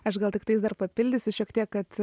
aš gal tiktais dar papildysiu šiek tiek kad